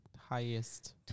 highest